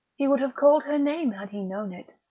he would have called her name had he known it